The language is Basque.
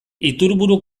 iturburu